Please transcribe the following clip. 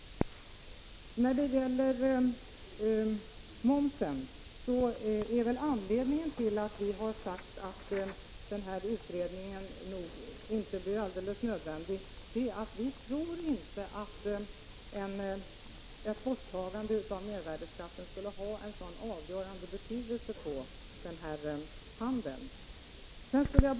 När det gäller momsen vill jag säga att anledningen till att vi har sagt att en utredning inte är nödvändig är att vi inte tror att ett borttagande av mervärdeskatten skulle ha någon avgörande betydelse för införseln av kulturföremål från utlandet.